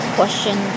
question